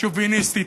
השוביניסטית,